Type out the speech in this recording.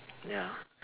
ya